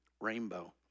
rainbow